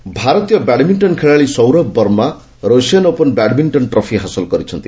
badminton ଭାରତୀୟ badminton ଖେଳାଳି Sourabh Verma Russian open badminton trophy ହାସଲ କରିଛନ୍ତି